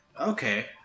Okay